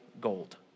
gold